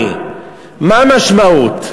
אני חושב שכבודו צריך לחזור מהמילה "מושחתים".